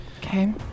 Okay